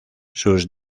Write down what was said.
sus